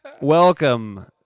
Welcome